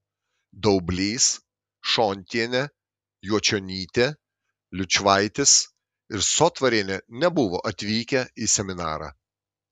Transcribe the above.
daublys šontienė juočionytė liučvaitis ir sotvarienė nebuvo atvykę į seminarą